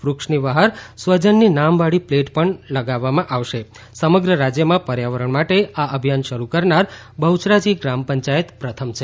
વૃક્ષની બહાર સ્વજનની નામવાળી પ્લેટ પણ લગાવી આપવામાં આવશે સમગ્ર રાજ્યમાં પર્યાવરણ માટે આ અભિયાન શરૂ કરનાર બહુચરાજી ગ્રામપંચાયત પ્રથમ છે